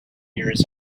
years